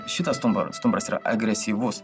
šitas stumbras stumbras yra agresyvus